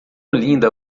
linda